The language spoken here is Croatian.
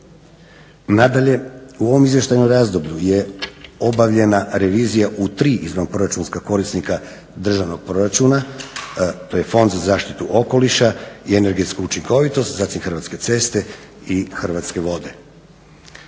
Nadalje, u ovom izvještajnom razdoblju je obavljena revizija u 3 izvanproračunska korisnika državnog proračuna to je Fond za zaštitu okoliša i energetsku učinkovitost, zatim Hrvatske ceste i Hrvatske vode.